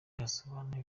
yasobanuye